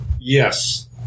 Yes